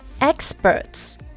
experts